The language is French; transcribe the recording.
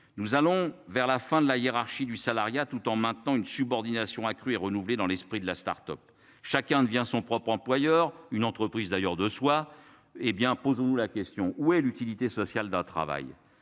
Nous allons vers la fin de la hiérarchie du salariat, tout en maintenant une subordination accrue et renouvelées dans l'esprit de la start-up chacun devient son propre employeur une entreprise d'ailleurs de soi. Eh bien posez-vous la question, où est l'utilité sociale d'un travail.